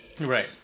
Right